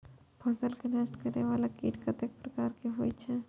फसल के नष्ट करें वाला कीट कतेक प्रकार के होई छै?